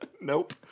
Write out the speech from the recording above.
Nope